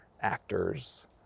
actors